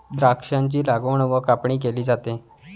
द्राक्षांची लागवड व कापणी केली जाते